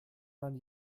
man